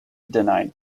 denied